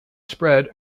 spread